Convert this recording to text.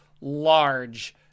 large